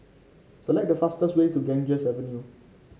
select the fastest way to Ganges Avenue